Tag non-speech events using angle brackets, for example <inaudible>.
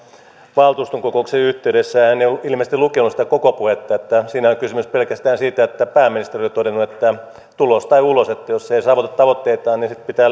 valtuuston kokouksen yhteydessä hän ei ollut ilmeisesti lukenut sitä koko puhetta että siinähän oli kysymys pelkästään siitä että pääministeri oli todennut että tulos tai ulos jos ei saavuta tavoitteitaan niin sitten pitää <unintelligible>